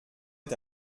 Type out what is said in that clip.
est